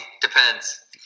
depends